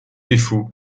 défauts